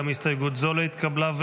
גם הסתייגות זו לא התקבלה.